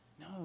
No